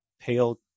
pale